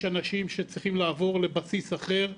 יש אנשים שצריכים לעבור לבסיס אחר.